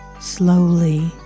slowly